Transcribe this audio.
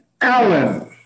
Alan